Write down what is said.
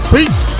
Peace